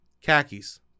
Khakis